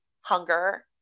hunger